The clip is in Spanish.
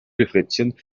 reflexión